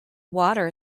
water